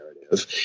narrative